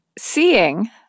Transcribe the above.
seeing